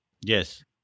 Yes